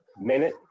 minute